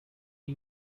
you